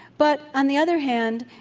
but on the other hand,